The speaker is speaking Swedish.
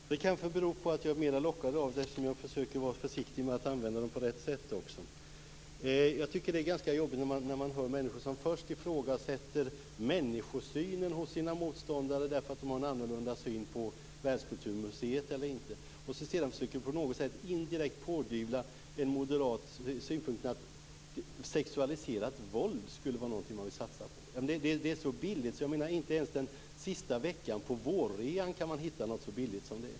Fru talman! Det kanske beror på att jag är mer lockad av det eftersom jag försöker vara försiktig och använda dem på rätt sätt. Jag tycker att det är ganska jobbigt när man hör människor som först ifrågasätter människosynen hos sina motståndare därför att de har en annorlunda syn på Världskulturmuseet och som sedan indirekt försöker pådyvla en moderat den synpunkten att sexualiserat våld skulle vara något man vill satsa på. Det är så billigt att inte ens den sista veckan på vårrean kan man hitta något så billigt som det.